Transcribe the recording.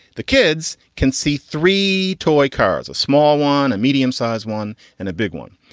the kids can see three toy cars, a small one, a medium size one and a big one.